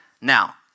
Now